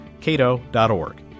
cato.org